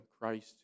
Christ